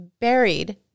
buried